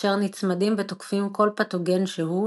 אשר נצמדים ותוקפים כל פתוגן שהוא,